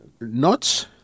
Nuts